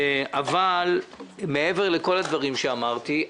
מעבר לכל הדברים שאמרתי,